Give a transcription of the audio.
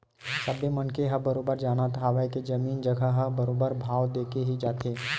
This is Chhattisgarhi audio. सबे मनखे ह बरोबर जानत हवय के जमीन जघा ह बरोबर भाव देके ही जाथे